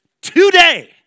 today